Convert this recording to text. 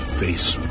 face